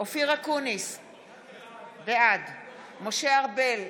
אופיר אקוניס, בעד משה ארבל,